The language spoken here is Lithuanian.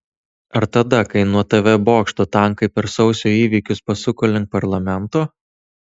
ar tada kai nuo tv bokšto tankai per sausio įvykius pasuko link parlamento